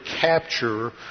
capture